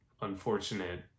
unfortunate